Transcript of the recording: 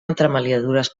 entremaliadures